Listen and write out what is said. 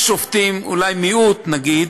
יש שופטים, אולי מיעוט, נגיד,